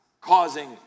causing